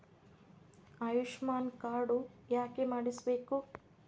Ayushman card ಯಾಕೆ ಮಾಡಿಸಬೇಕು?